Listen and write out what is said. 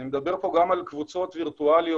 אני מדבר על קבוצות וירטואליות,